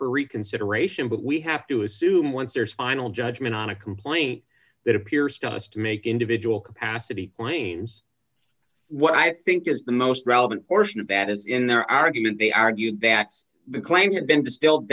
for reconsideration but we have to assume once there's final judgment on a complaint that appears to us to make individual capacity planes what i think is the most relevant portion of bat is in their argument they argue backs the claim had been distilled